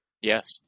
Yes